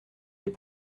les